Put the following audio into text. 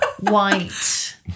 white